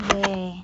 where